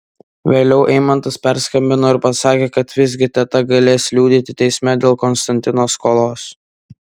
vėliau eimantas perskambino ir pasakė kad visgi teta galės liudyti teisme dėl konstantino skolos